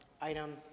item